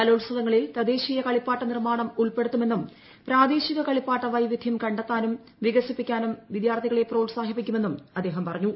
കലോൽസവങ്ങളിൽ തദ്ദേശീയ കളിപ്പാട്ട നിർമ്മാണം ഉൾപ്പെടുത്തുമെന്നും പ്രാദേശിക കളിപ്പാട്ട വൈവിധ്യം കണ്ടെത്താനും വികസിപ്പിക്കാനും വിദ്യാർത്ഥികളെ പ്രോത്സാഹിപ്പിക്കുമെന്നും അദ്ദേഹം പറഞ്ഞു